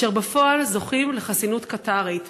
אשר בפועל זוכים לחסינות קטארית.